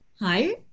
Hi